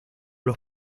los